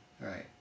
Right